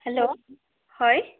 hello হয়